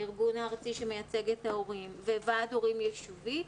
הארגון הארצי שמייצג את ההורים וְועד הורים יישובי,